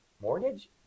mortgage